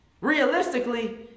Realistically